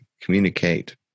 communicate